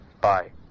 Bye